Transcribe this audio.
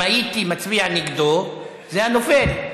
אם הייתי מצביע נגדו, זה היה נופל.